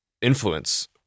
influence